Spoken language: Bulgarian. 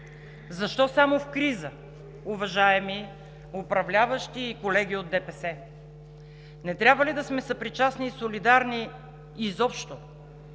Защо само в криза, уважаеми управляващи и колеги от ДПС? Не трябва ли да сме съпричастни и солидарни изобщо